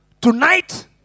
Tonight